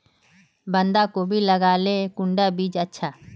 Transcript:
बंधाकोबी लगाले कुंडा बीज अच्छा?